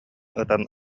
ытан